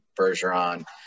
Bergeron